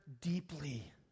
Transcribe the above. deeply